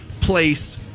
place